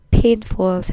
painful